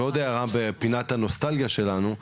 ועוד הערה מפינת הנוסטלגיה שלנו,